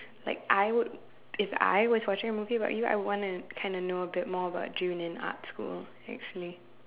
like I would if I was watching a movie about you I would wanna kind of know a bit more about June in arts school actually